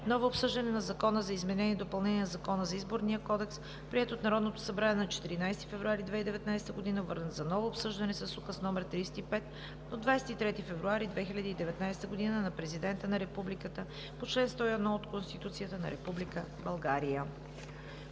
ново обсъждане на Закона за изменение и допълнение на Закона за Изборния кодекс, приет от Народното събрание на 14 февруари 2019 г, върнат за ново обсъждане с Указ № 35 от 23 февруари 2019 г. на Президента на Република България по чл. 101 от Конституцията на Република България“.